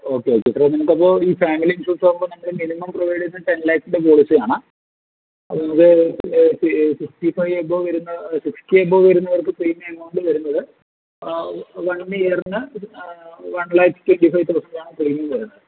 okay okay നിങ്ങക്കപ്പോൾ ഈ family insurance ആവുമ്പോൾ ഞങ്ങള് മിനിമം പ്രൊവൈഡ് ചെയ്യുന്ന ടെൻ ലാഖ്സിൻ്റെ പോളിസി ആണ് അപ്പോൾ നമുക്ക് ഫിഫ്റ്റി ഫൈവ് എബോവ് വരുന്ന സിസ്റ്റി എബോവ് വരുന്നവർക്ക് ക്ലെയിം എമൗണ്ട് വരുന്നത് വൺ ഇയറിന് one lakh sixty five thousand ആണ് ക്ലെയിം വരുന്നത്